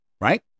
right